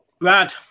Brad